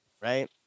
right